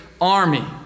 army